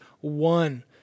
one